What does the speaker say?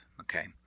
Okay